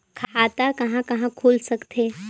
खाता कहा कहा खुल सकथे?